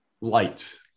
light